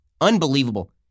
Unbelievable